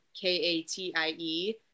K-A-T-I-E